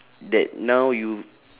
that now you